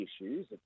issues